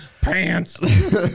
Pants